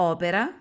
Opera